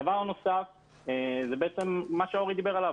הדבר הנוסף הוא מה שאורי דיבר עליו.